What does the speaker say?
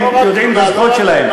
הם יודעים את הזכויות שלהם.